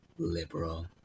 Liberal